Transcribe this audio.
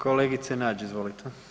Kolegice Nađ, izvolite.